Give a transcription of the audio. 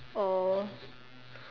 oh